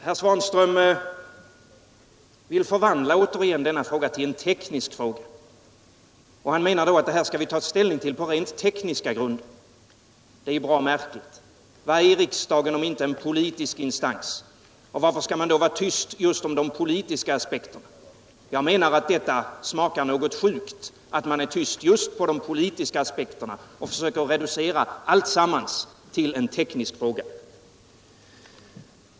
Herr Svanström vill återigen förvandla denna fråga till en teknisk fråga, och han menar att det här skall vi ta ställning till på rent tekniska grunder. Det är bra märkligt. Vad är riksdagen om inte en politisk instans, och varför skall man då vara tyst just om de politiska aspekterna? Jag menar att det smakar något sjukt att man är tyst just om de politiska aspekterna och försöker reducera alltsammans till en teknisk fråga.